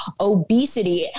obesity